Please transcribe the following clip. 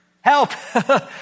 help